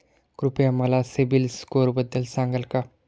कृपया मला सीबील स्कोअरबद्दल सांगाल का?